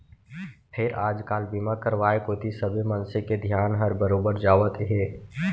फेर आज काल बीमा करवाय कोती सबे मनसे के धियान हर बरोबर जावत हे